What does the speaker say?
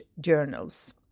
journals